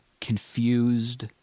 confused